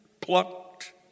plucked